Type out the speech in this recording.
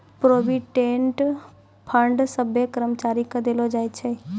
provident fund सभ्भे कर्मचारी के देलो जाय छै